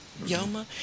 Yoma